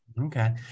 Okay